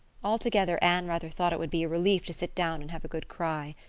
altogether, anne rather thought it would be a relief to sit down and have a good cry.